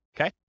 okay